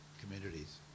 communities